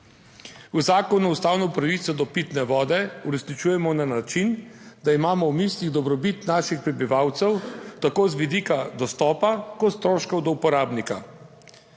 V zakonu ustavno pravico do pitne vode uresničujemo na način, da imamo v mislih dobrobit naših prebivalcev tako z vidika dostopa kot stroškov do uporabnika.